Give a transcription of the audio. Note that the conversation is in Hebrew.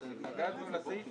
התנגדנו לסעיף הזה.